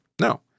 No